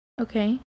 Okay